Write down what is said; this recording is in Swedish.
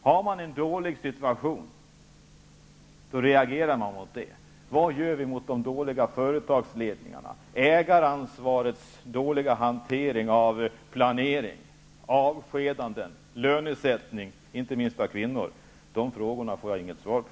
Om de har en dålig situation, reagerar de mot den. Vad görs mot de dåliga företagsledningarna, ägarnas dåliga hantering av planering, avskedanden, lönesättning, inte minst när det gäller kvinnor? Dessa frågor får jag inget svar på.